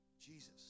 Jesus